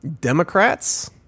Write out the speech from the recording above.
Democrats